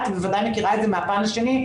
את בוודאי מכירה את זה מהפן השני,